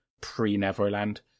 pre-neverland